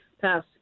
Pass